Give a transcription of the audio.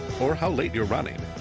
or how late you're running,